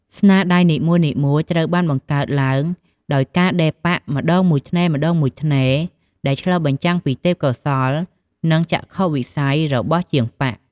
ស្នាដៃនីមួយៗត្រូវបានបង្កើតឡើងដោយការដេរប៉ាក់ម្តងមួយថ្នេរៗ ដែលឆ្លុះបញ្ចាំងពីទេពកោសល្យ និងចក្ខុវិស័យរបស់ជាងប៉ាក់។